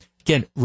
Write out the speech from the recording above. again